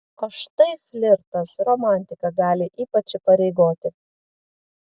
o štai flirtas romantika gali ypač įpareigoti